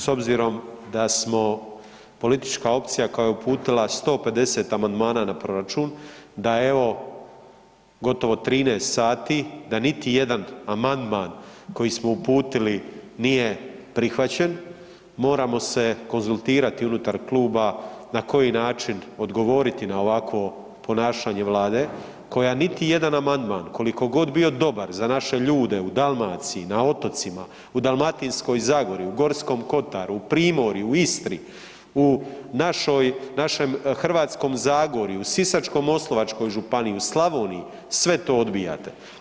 S obzirom da smo politička opcija koja je uputila 150 amandmana na proračun, da evo gotovo 13 sati da niti jedan amandman koji smo uputili nije prihvaćen moramo se konzultirati unutar kluba na koji način odgovoriti na ovakvo ponašanje Vlade koja niti jedan amandman koliko god bio dobar za naše ljude u Dalmaciji, na otocima, u Dalmatinskoj zagori, u Gorskom kotaru, u Primorju, u Istri, u našem Hrvatskom zagorju, Sisačko-moslavačkoj županiji, u Slavoniji sve to odbijate.